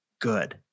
good